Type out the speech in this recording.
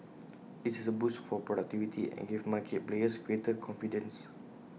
this is A boost for productivity and gave market players greater confidence